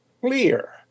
clear